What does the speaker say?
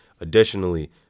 Additionally